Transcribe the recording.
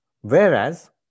Whereas